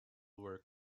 were